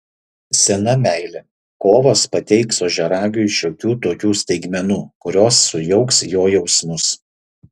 sena meilė kovas pateiks ožiaragiui šiokių tokių staigmenų kurios sujauks jo jausmus